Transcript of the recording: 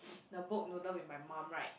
the boat noodle with my mom right